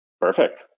Perfect